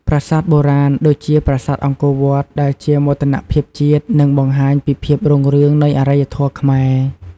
ប្រាសាទបុរាណ ដូចជាប្រាសាទអង្គរវត្ត ដែលជាមោទនភាពជាតិ និងបង្ហាញពីភាពរុងរឿងនៃអរិយធម៌ខ្មែរ។